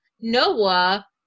Noah